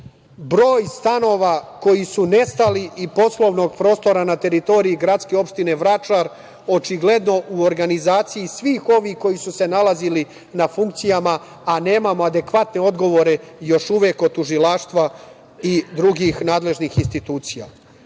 broj stanova koji su nestali i poslovnog prostora na teritoriji GO Vračar, očigledno u organizaciji svih ovih koji su se nalazili na funkcijama, a nemamo adekvatne odgovore još uvek od tužilaštva i drugih nadležnih institucija. Što